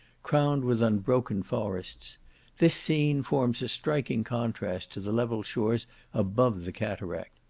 crowned with unbroken forests this scene forms a striking contrast to the level shores above the cataract.